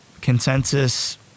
consensus